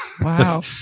wow